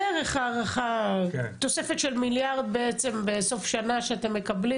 הערכה של תוספת מיליארד בסוף שנה שאתם מקבלים